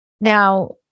Now